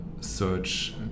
search